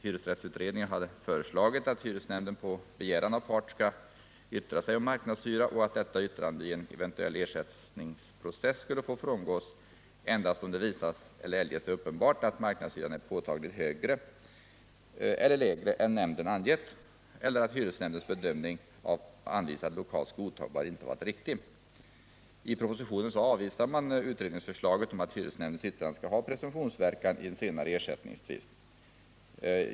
Hyresrättsutredningen hade föreslagit att hyresnämnd på begäran av part skulle yttra sig om marknadshyra och att detta yttrande i en eventuell ersättningsprocess skulle få frångås endast om det visas eller eljest är uppenbart att marknadshyran är påtagligt högre eller lägre än nämnden angett eller att hyresnämndens bedömning av anvisad lokals godtagbarhet inte varit riktig. I propositionen avvisas utredningsförslaget om att hyresnämndens yttrande skall ha presumtionsverkan i senare ersättningstvist.